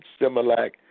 Similac